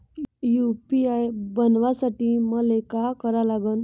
UPI बनवासाठी मले काय करा लागन?